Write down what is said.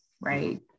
right